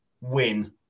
Win